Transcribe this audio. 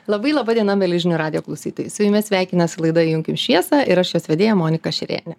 labai laba diena mieli žinių radijo klausytojai su jumis sveikinasi laida įjunkim šviesą ir aš jos vedėja monika šerėnė